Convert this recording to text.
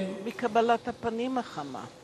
והמאוד-מפרגנת